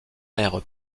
mère